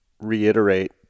reiterate